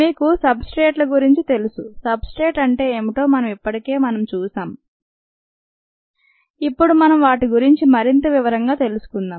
మీకు substrate ల గురించి తెలుసు సబ్ స్ట్రేట్ అంటే ఏమిటో మనం ఇప్పటికే మనం చూశాం ఇప్పుడు మనం వాటి గురించి మరింత వివరంగా తెలుసుకుందాం